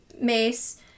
mace